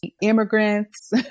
immigrants